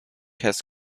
has